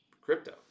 crypto